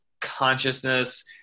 Consciousness